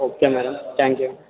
okay madam thank you